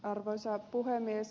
arvoisa puhemies